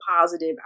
positive